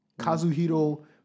Kazuhiro